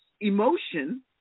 emotion